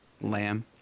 Lamb